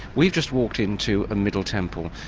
we've just walked in to ah middle temple.